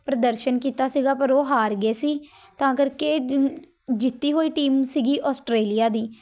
ਪ੍ਰਦਰਸ਼ਨ ਕੀਤਾ ਸੀਗਾ ਪਰ ਉਹ ਹਾਰ ਗਏ ਸੀ ਤਾਂ ਕਰਕੇ ਜ ਜਿੱਤੀ ਹੋਈ ਟੀਮ ਸੀਗੀ ਆਸਟ੍ਰੇਲੀਆ ਦੀ